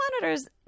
monitors